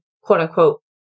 quote-unquote